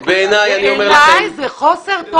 בעיניי זה חוסר תום לב.